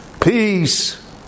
peace